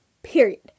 Period